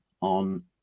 on